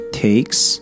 takes